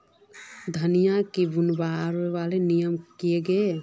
धनिया बूनवार नियम की गे?